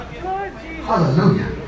Hallelujah